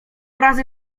razy